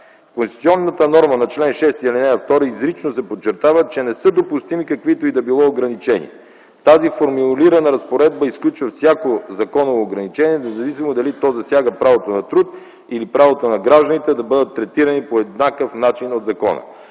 Конституционната норма на чл. 6, ал. 2 изрично подчертава, че: „Не са допустими каквито и да било ограничения”. Тази формулирана разпоредба изключва всяко законово ограничение, независимо дали то засяга правото на труд или правото на гражданите да бъдат третирани по еднакъв начин от закона.